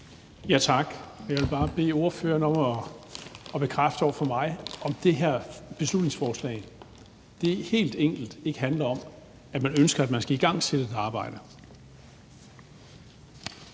Tak. Jeg vil bare bede ordføreren om at bekræfte over for mig, om det her beslutningsforslag helt enkelt ikke handler om, at man ønsker, at man skal igangsætte et arbejde.